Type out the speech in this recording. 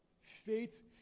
Faith